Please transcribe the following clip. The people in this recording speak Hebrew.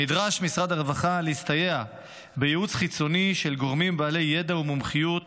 נדרש משרד הרווחה להסתייע בייעוץ חיצוני של גורמים בעלי ידע ומומחיות